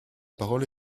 parole